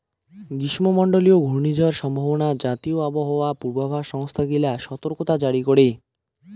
গ্রীষ্মমণ্ডলীয় ঘূর্ণিঝড় সম্ভাবনা জাতীয় আবহাওয়া পূর্বাভাস সংস্থা গিলা সতর্কতা জারি করে